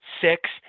six